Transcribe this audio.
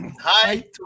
Hi